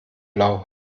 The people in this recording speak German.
blau